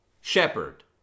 shepherd